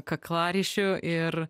kaklaryšiu ir